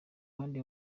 bandi